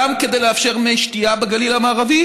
גם כדי לאפשר מי שתייה בגליל המערבי